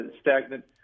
stagnant